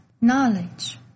knowledge